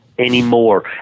Anymore